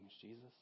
Jesus